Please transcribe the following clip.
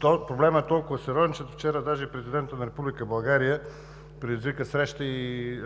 Проблемът е толкова сериозен, че вчера даже президентът на Република България предизвика среща и